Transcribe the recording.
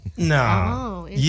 No